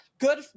good